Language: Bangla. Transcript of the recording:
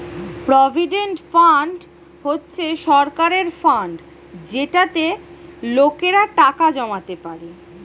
প্রভিডেন্ট ফান্ড হচ্ছে সরকারের ফান্ড যেটাতে লোকেরা টাকা জমাতে পারে